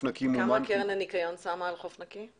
נקי --- כמה קרן הניקיון שמה על חוף נקי?